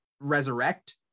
resurrect